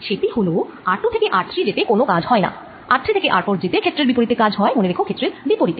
সেটি হল r2 থেকে r3 যেতে কোন কাজ হয়না r3থেকে r4 যেতে ক্ষেত্রের বিপরীতে কাজ হয় মনে রেখ ক্ষেত্রের বিপরীতে